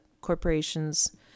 corporations